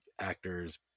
actors